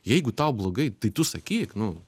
jeigu tau blogai tai tu sakyk nu